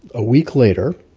a week later,